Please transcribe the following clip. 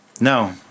No